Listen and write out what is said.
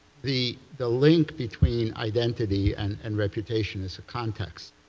the the link between identity and and reputation is context.